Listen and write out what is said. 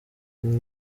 umwe